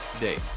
day